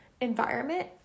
environment